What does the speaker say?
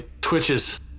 twitches